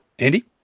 Andy